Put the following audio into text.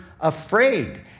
afraid